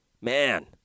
Man